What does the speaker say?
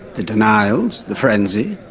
the denials, the frenzy,